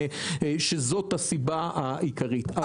שזאת הסיבה העיקרית.